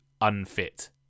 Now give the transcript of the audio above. unfit